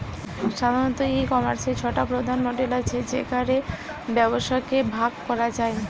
সাধারণত, ই কমার্সের ছটা প্রধান মডেল আছে যেগা রে ব্যবসাকে ভাগ করা যায়